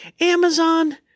Amazon